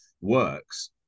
works